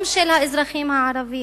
גם של האזרחים הערבים.